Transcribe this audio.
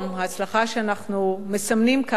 ההצלחה שאנחנו מסמנים כאן,